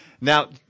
Now